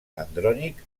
andrònic